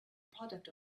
product